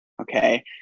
okay